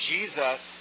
Jesus